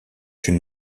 une